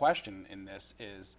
question in this is